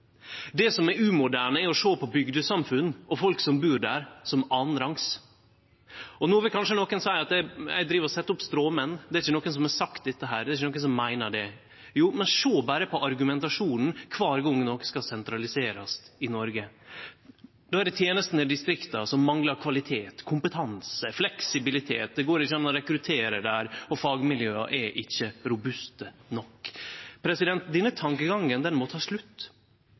Det som er umoderne, er å sjå på bygdesamfunn og folk som bur der, som annanrangs. No vil kanskje nokon seie at eg driv og set opp stråmenn, at det ikkje er nokon som har sagt dette, og det ikkje er nokon som meiner det. Jo, men sjå berre på argumentasjonen kvar gong noko skal sentraliserast i Noreg. Då er det tenestene i distrikta som manglar kvalitet, kompetanse og fleksibilitet, det går ikkje an å rekruttere der, og fagmiljøa er ikkje robuste nok. Denne tankegangen må ta slutt.